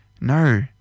No